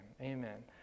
amen